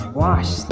wash